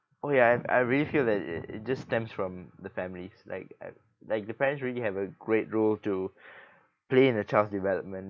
oh ya I I really feel that it it just stems from the families like eh like the parents really have a great role to play in a child's development